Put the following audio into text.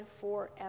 forever